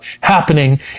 happening